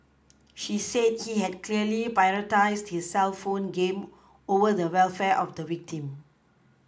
she said he had clearly prioritised his cellphone game over the welfare of the victim